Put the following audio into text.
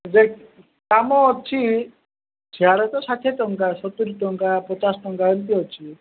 ଯେ କାମ ଅଛି ସିଆଡ଼େ ତ ଷାଠିଏ ଟଙ୍କା ସତୁରି ଟଙ୍କା ପଚାଶ ଟଙ୍କା ଏମିତି ଅଛି